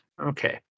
Okay